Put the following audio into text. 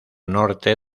norte